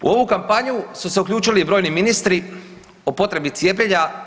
U ovu kampanju su se uključili i brojni ministri o potrebi cijepljenja.